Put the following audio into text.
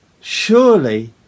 Surely